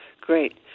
Great